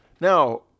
Now